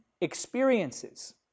experiences